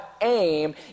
aim